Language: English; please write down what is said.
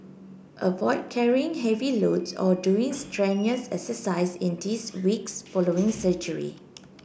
avoid carrying heavy loads or doing strenuous exercise in these weeks following surgery